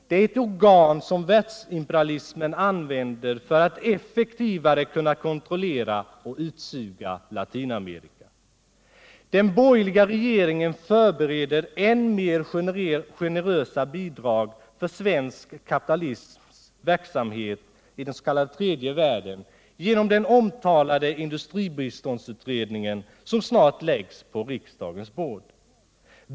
Det är ett organ som världsimperialismen använder för att effektivare kunna kontrollera och utsuga Latinamerika. Den borgerliga regeringen förbereder ännu mer generösa bidrag för svensk kapitalisms verksamhet i dens.k. tredje världen genom den omtalade industribiståndsutredningen som snart läggs på riksdagens bord.